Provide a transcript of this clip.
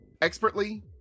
expertly